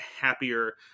happier